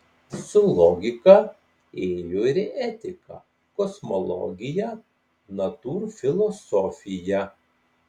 su logika ėjo ir etika kosmologija natūrfilosofija